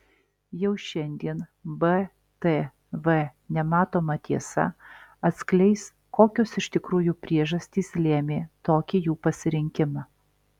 jau šiandien btv nematoma tiesa atskleis kokios iš tikrųjų priežastys lėmė tokį jų pasirinkimą